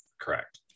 Correct